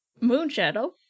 Moonshadow